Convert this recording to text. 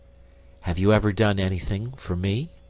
have you ever done anything for me?